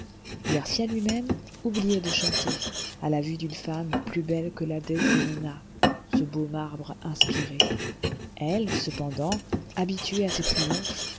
garcia lui-même oubliait de chanter à la vue d'une femme plus belle que la desdémona ce beau marbre inspiré elle cependant habituée à ces triomphes